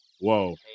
whoa